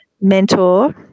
mentor